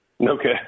Okay